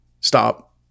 stop